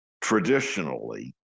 traditionally